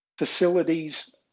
Facilities